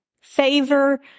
favor